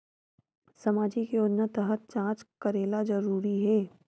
सामजिक योजना तहत जांच करेला जरूरी हे